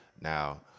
now